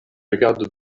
regado